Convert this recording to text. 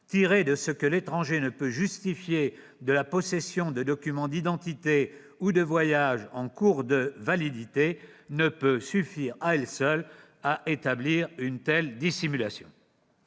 tirée de ce que l'étranger ne peut justifier de la possession de documents d'identité ou de voyage en cours de validité ne peut suffire, à elle seule, à établir une telle dissimulation.